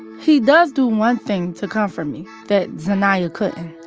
he does do one thing to comfort me that zainaya couldn't.